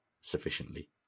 sufficiently